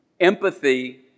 Empathy